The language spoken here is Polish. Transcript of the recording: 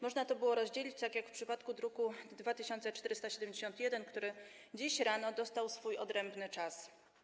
Można to było rozdzielić, tak jak w przypadku druku nr 2471, który dziś rano dostał odrębny czas.